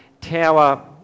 tower